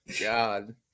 God